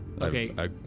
Okay